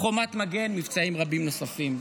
חומת מגן ומבצעים רבים נוספים.